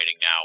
now